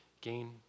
gain